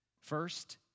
First